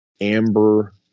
amber